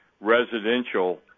residential